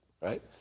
right